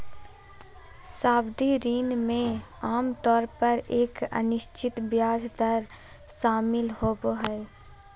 सावधि ऋण में आमतौर पर एक अनिश्चित ब्याज दर शामिल होबो हइ